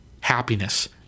happiness